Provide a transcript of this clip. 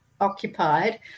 occupied